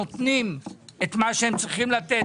נותנות את מה שהן צריכות לתת,